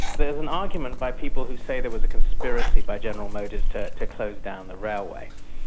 there's an argument by people who say there was a conspiracy by general motors to to close down the railway,